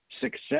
success